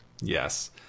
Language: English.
Yes